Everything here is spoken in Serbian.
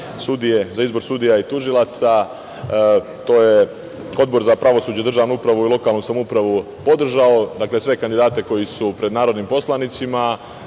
predlozi za izbor sudija i tužilaca. To je Odbor za pravosuđe, državnu upravu i lokalnu samoupravu podržao, sve kandidate koji su pred narodnim poslanicima.